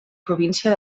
província